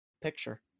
picture